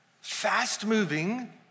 fast-moving